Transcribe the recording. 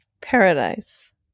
Paradise